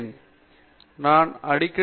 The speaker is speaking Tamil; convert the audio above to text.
பேராசிரியர் பிரதாப் ஹரிதாஸ் தொடக்கம்